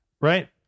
Right